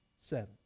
seven